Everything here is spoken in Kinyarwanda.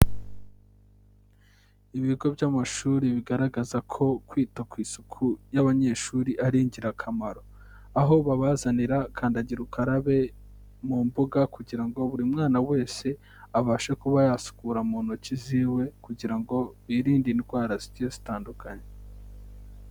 Ibigo by'amashuri bigaragaza ko kwita ku isuku y'abanyeshuri ari ingirakamaro. Aho babazanira kandagira ukarabe, mu mbuga kugira ngo buri mwana wese abashe kuba yasukura mu ntoki ziwe kugira ngo birinde indwara zigiye zitandukanye.